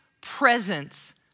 presence